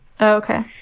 Okay